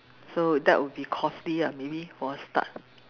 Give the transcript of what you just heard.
so that would be costly ah maybe for a start